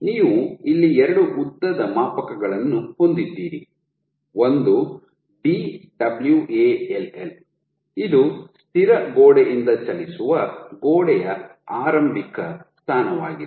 ನೀವು ಇಲ್ಲಿ ಎರಡು ಉದ್ದದ ಮಾಪಕಗಳನ್ನು ಹೊಂದಿದ್ದೀರಿ ಒಂದು Dwall ಇದು ಸ್ಥಿರ ಗೋಡೆಯಿಂದ ಚಲಿಸುವ ಗೋಡೆಯ ಆರಂಭಿಕ ಸ್ಥಾನವಾಗಿದೆ